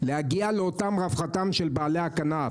להגיע לאותה רווחה של בעלי הכנף